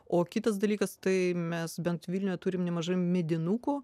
o kitas dalykas tai mes bent vilniuje turime nemažai medinukų